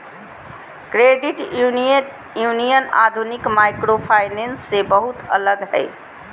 credit union आधुनिक microfinance से बहुते अलग हय